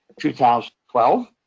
2012